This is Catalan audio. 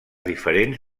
diferents